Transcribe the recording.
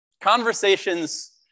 Conversations